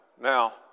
Now